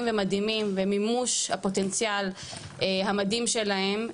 ומדהימים ומימוש הפוטנציאל המדהים שלהם.